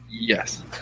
yes